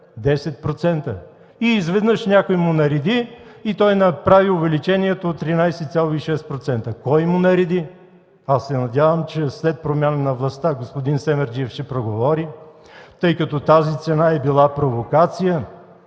10%. Изведнъж някой му нареди и той направи увеличението от 13,6%. Кой му нареди? Надявам се, че след промяна на властта, господин Семерджиев ще проговори, тъй като тази цена е била провокация.